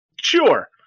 Sure